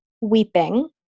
weeping